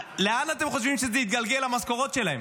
לאן אתם חושבים שזה יתגלגל, המשכורות שלהם?